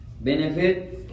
Benefit